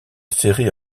série